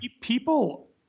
people